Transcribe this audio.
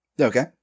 Okay